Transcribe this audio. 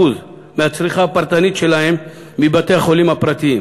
מהצריכה הפרטנית שלהם מבתי-החולים הממשלתיים.